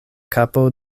kapo